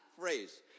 phrase